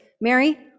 Mary